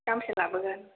गांबेसे लाबोगोन